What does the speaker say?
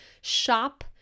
Shop